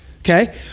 okay